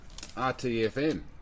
RTFM